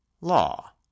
Law